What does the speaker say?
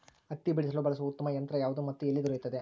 ಹತ್ತಿ ಬಿಡಿಸಲು ಬಳಸುವ ಉತ್ತಮ ಯಂತ್ರ ಯಾವುದು ಮತ್ತು ಎಲ್ಲಿ ದೊರೆಯುತ್ತದೆ?